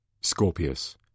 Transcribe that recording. Scorpius